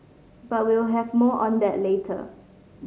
but we'll have more on that later